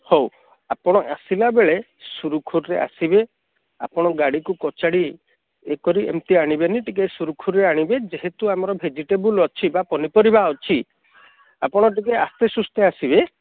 ହଉ ଆପଣ ଆସିଲା ବେଳେ ସୁରୁଖୁରୁରେ ଆସିବେ ଆପଣଙ୍କ ଗାଡ଼ିକୁ କଚାଡ଼ି ଇଏ କରି ଏମତି ଆଣିବେନି ଟିକେ ସୁରୁଖୁରୁରେ ଆଣିବେ ଯେହେତୁ ଆମର ଭେଜିଟେବୁଲ୍ ଅଛି ବା ପନିପରିବା ଅଛି ଆପଣ ଟିକେ ଆସ୍ତେ ସୁସ୍ଥେ ଆସିବେ